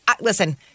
listen